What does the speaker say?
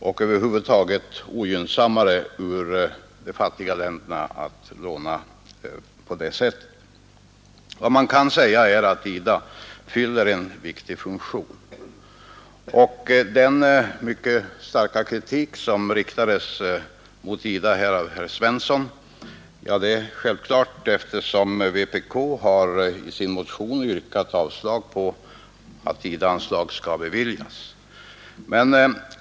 Det är alltså ogynnsammare ur de fattiga ländernas synpunkt att låna på det sättet. Man kan säga att IDA fyller en viktig funktion. Självklart riktade herr Svensson sin starka kritik mot IDA eftersom vänsterpartiet kommunisterna i sin motion har yrkat avslag på att vi skall bevilja anslag till IDA.